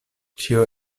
ĉio